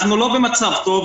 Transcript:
אנחנו לא במצב טוב,